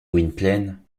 gwynplaine